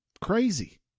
crazy